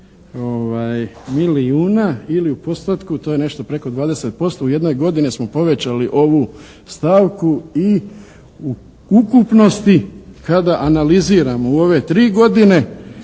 milijuna ili u postotku to je nešto preko 20% u jednoj godini smo povećali ovu stavku. I u ukupnosti kada analiziramo u ove tri godine